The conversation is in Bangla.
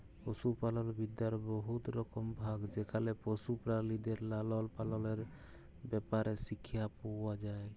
পশুপালল বিদ্যার বহুত রকম ভাগ যেখালে পশু পেরালিদের লালল পাললের ব্যাপারে শিখ্খা পাউয়া যায়